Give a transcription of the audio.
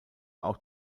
auch